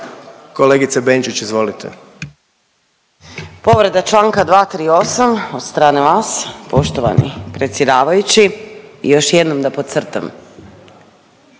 **Benčić, Sandra (Možemo!)** Povreda Članka 238. od strane vas poštovani predsjedavajući i još jednom da podcrtam.